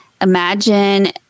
Imagine